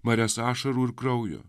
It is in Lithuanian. marias ašarų ir kraujo